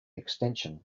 extension